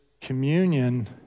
communion